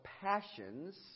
passions